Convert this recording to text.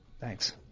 thanks